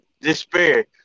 despair